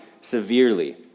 severely